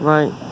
Right